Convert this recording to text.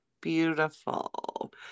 beautiful